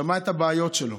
שמע את הבעיות שלו,